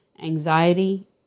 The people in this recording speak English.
anxiety